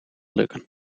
lukken